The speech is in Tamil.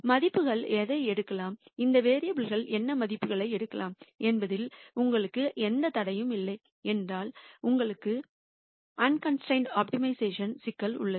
மதிப்புகள் எதை எடுக்கலாம் இந்த வேரியபுல் கள் என்ன மதிப்புகளை எடுக்கலாம் என்பதில் உங்களுக்கு எந்த தடையும் இல்லை என்றால் உங்களுக்கு அன்கன்ஸ்டிரெயின்டு ஆப்டிமைசேஷன் சிக்கல் உள்ளது